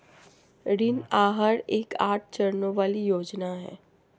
ऋण आहार एक आठ चरणों वाली योजना है